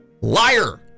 liar